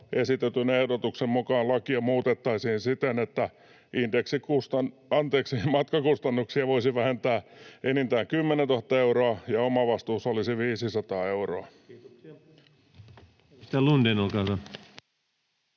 esitetyn ehdotuksen mukaan lakia muutettaisiin siten, että matkakustannuksia voisi vähentää enintään 10 000 euroa, ja omavastuuosuus olisi 500 euroa. [Speech